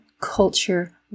culture